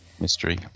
mystery